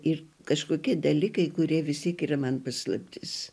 ir kažkokie dalykai kurie vistiek yra man paslaptis